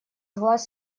глаз